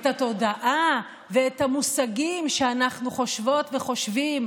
את התודעה ואת המושגים שאנחנו חושבות וחושבים,